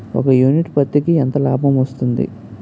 ఒక యూనిట్ పత్తికి ఎంత లాభం వస్తుంది?